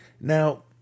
Now